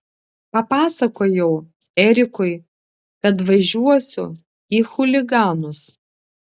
papasakojau erikui kad važiuosiu į chuliganus